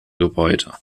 gebäude